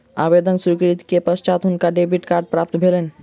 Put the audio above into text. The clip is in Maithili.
आवेदन स्वीकृति के पश्चात हुनका डेबिट कार्ड प्राप्त भेलैन